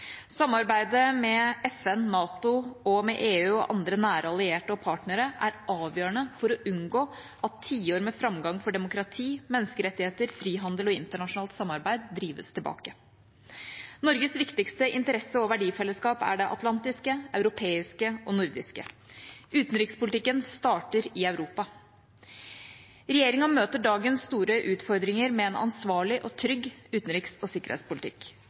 Samarbeidet med FN, NATO, EU og andre nære allierte og partnere er avgjørende for å unngå at tiår med framgang for demokrati, menneskerettigheter, frihandel og internasjonalt samarbeid drives tilbake. Norges viktigste interesse og verdifellesskap er det atlantiske, europeiske og nordiske. Utenrikspolitikken starter i Europa. Regjeringa møter dagens store utfordringer med en ansvarlig og trygg utenriks- og sikkerhetspolitikk.